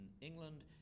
England